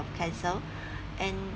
cancer and